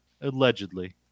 allegedly